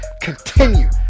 continue